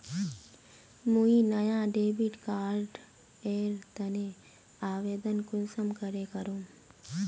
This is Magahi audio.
मुई नया डेबिट कार्ड एर तने आवेदन कुंसम करे करूम?